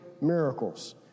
miracles